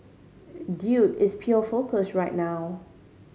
dude is pure focus right now